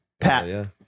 Pat